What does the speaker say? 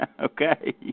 Okay